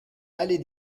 allée